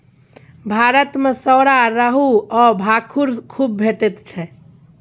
भारत मे सौरा, रोहू आ भाखुड़ खुब भेटैत छै